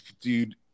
dude